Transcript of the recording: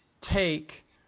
take